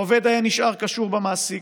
העובד היה נשאר קשור במעסיק,